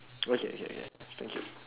okay okay okay thank you